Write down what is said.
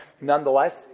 Nonetheless